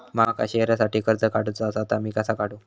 माका शेअरसाठी कर्ज काढूचा असा ता मी कसा काढू?